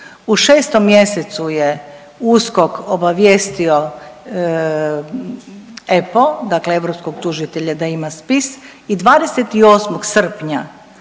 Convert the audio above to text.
U 6. mjesecu je USKOK obavijestio EPPO, dakle europskog tužitelja da ima spis i 28. srpnja